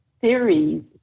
series